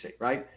right